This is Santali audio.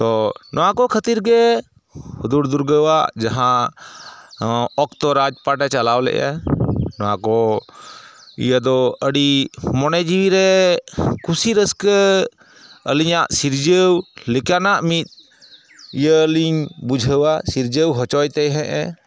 ᱛᱚᱻ ᱱᱚᱣᱟ ᱠᱚ ᱠᱷᱟᱹᱛᱤᱨ ᱜᱮ ᱦᱩᱫᱩᱲ ᱫᱩᱨᱜᱟᱹᱣᱟᱜ ᱡᱟᱦᱟᱸ ᱚᱠᱛᱚ ᱨᱟᱡᱽᱯᱟᱴᱮ ᱪᱟᱞᱟᱣ ᱞᱮᱜᱼᱟ ᱱᱚᱣᱟ ᱠᱚ ᱤᱭᱟᱹ ᱫᱚ ᱟᱰᱤ ᱢᱚᱱᱮ ᱡᱤᱣᱤᱨᱮ ᱠᱩᱥᱤ ᱨᱟᱹᱥᱠᱟᱹ ᱟᱹᱞᱤᱧᱟᱜ ᱥᱤᱨᱡᱟᱹᱣ ᱞᱮᱠᱟᱱᱟᱜ ᱢᱤᱫ ᱤᱭᱟᱹᱞᱤᱝ ᱵᱩᱡᱷᱟᱹᱣᱟ ᱥᱤᱨᱡᱟᱹᱣ ᱦᱚᱪᱚᱭ ᱛᱟᱦᱮᱜ ᱮ